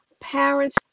Parents